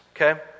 Okay